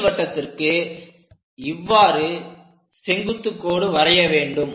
நீள்வட்டத்திற்கு இவ்வாறு செங்குத்து கோடு வரைய வேண்டும்